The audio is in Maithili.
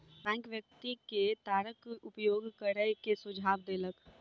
बैंक व्यक्ति के तारक उपयोग करै के सुझाव देलक